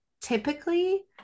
typically